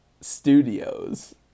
studios